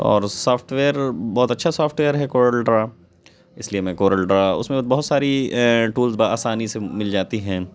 تو اور software بہت اچھا سافٹ ویئر ہے کورل ڈرا اس لیے میں کورل ڈرا اس میں بہت ساری ایں ٹولز بآسانی سے مل جاتی ہیں